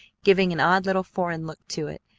giving an odd little foreign look to it,